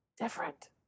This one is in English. different